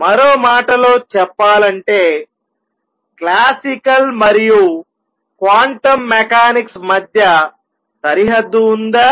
మరో మాటలో చెప్పాలంటే క్లాసికల్ మరియు క్వాంటం మెకానిక్స్ మధ్య సరిహద్దు ఉందా